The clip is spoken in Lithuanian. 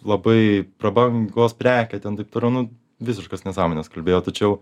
labai prabangos prekė ten taip toliau nu visiškas nesąmones kalbėjo tačiau